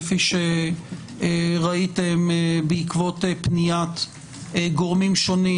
כפי שראיתם בעקבות פניית גורמים שונים,